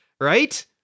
Right